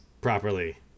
properly